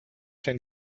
den